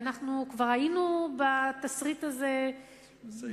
ואנחנו כבר היינו בתסריט הזה בעבר,